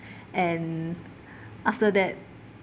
and after that